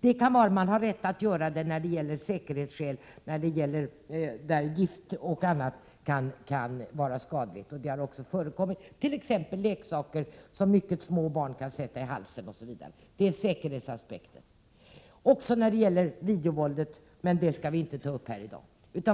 Det må vara att man har rätt att göra det av säkerhetsskäl, när gift och annat kan förorsaka skador. Det har också förekommit t.ex. leksaker som mycket små barn kan sätta i halsen. Säkerhetsaspekten kan man också hänvisa till när det gäller videovåldet, men det skall vi inte ta upp här i dag.